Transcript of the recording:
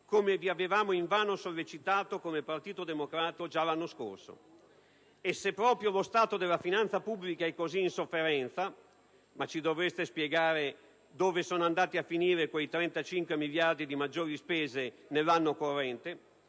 come vi avevamo invano sollecitato a fare come Partito Democratico già l'anno scorso. E se proprio lo stato della finanza pubblica è così in sofferenza (ma ci dovreste spiegare dove sono andati a finire quei 35 miliardi dì maggiori spese nell'anno corrente),